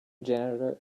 janitor